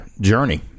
journey